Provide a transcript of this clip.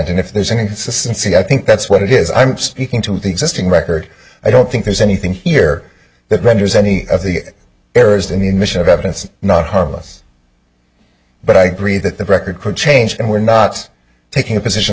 and if there's any cincy i think that's what it is i'm speaking to the existing record i don't think there's anything here that renders any of the errors in the admission of evidence not harmless but i agree that the record could change and we're not taking the position